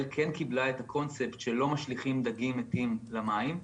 כן קיבלה את הקונספט שלא משליכים דגים מתים למים,